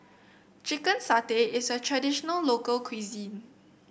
Chicken Satay is a traditional local cuisine